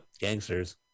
Gangsters